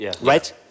Right